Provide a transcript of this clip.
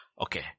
Okay